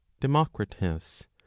Democritus